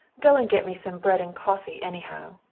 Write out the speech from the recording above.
go and get me some bread and coffee, anyhow.